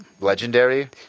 legendary